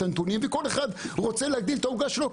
הנתונים וכל אחד רוצה להגדיל את העוגה שלו,